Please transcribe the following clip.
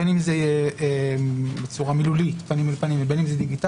בין אם זה מילולית פנים אל פנים ובין אם זה דיגיטלי,